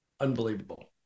Unbelievable